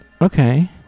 Okay